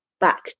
back